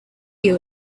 you